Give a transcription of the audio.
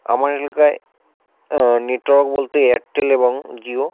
আমার এলাকায় নেটওয়ার্ক বলতে এয়ারটেল এবং জিও